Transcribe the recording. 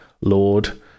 lord